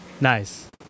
Nice